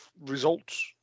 results